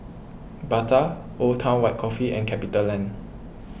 Bata Old Town White Coffee and CapitaLand